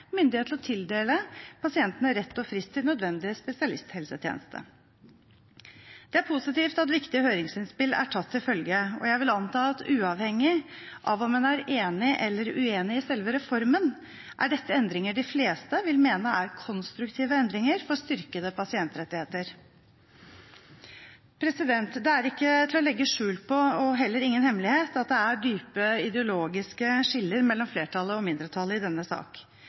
myndighet til å tildele pasientene rett og frist til nødvendig spesialisthelsetjeneste. Det er positivt at viktige høringsinnspill er tatt til følge, og jeg vil anta at uavhengig av om en er enig eller uenig i selve reformen, er dette endringer de fleste vil mene er konstruktive endringer for styrkede pasientrettigheter. Det er ikke til å legge skjul på, og heller ingen hemmelighet, at det er dype ideologiske skiller mellom flertallet og mindretallet i denne